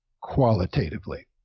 qualitatively